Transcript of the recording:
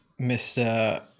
Mr